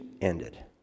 ended